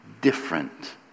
different